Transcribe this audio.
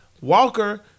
Walker